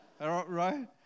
right